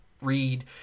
read